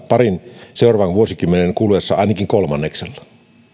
parin seuraavan vuosikymmenen kuluessa ainakin kolmanneksella